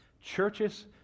Churches